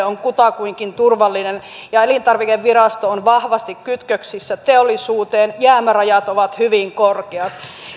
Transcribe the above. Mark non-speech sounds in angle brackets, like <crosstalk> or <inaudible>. <unintelligible> on kutakuinkin turvallinen ja elintarvikevirasto on vahvasti kytköksissä teollisuuteen jäämärajat ovat hyvin korkeat